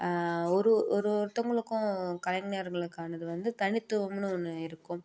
ஒரு ஒரு ஒருத்தங்களுக்கும் கலைஞர்களுக்கானது வந்து தனித்துவம்னு ஒன்று இருக்கும்